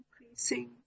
increasing